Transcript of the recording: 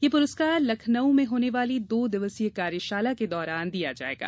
यह पुरस्कार लखनऊ में होने वाली दो दिवसीय कार्यशाला के दौरान दिया जायेगा